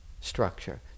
structure